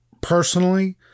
Personally